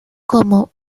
como